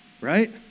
Right